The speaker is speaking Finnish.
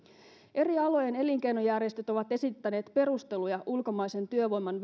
eri alojen elinkeinojärjestöt ovat esittäneet perusteluja ulkomaisen työvoiman